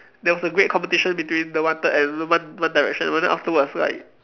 there was a great competition between the wanted and one one direction but then afterwards like